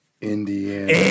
Indiana